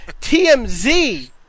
TMZ